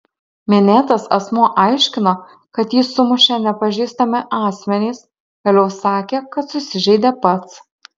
minėtas asmuo aiškino kad jį sumušė nepažįstami asmenys vėliau sakė kad susižeidė pats